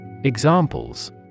Examples